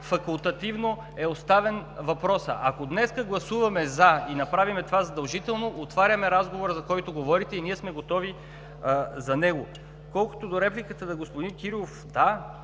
факултативно. Ако днес гласуваме „за“ и направим това задължително, отваряме разговора, за който говорите. Ние сме готови за него. Колкото до репликата на господин Кирилов, да,